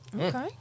okay